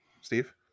Steve